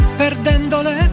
perdendole